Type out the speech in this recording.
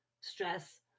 stress